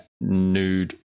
nude